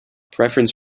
preference